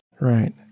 Right